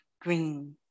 green